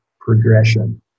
progression